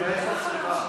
אתה מבייש את עצמך.